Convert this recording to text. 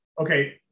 okay